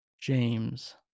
James